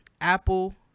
Apple